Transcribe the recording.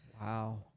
Wow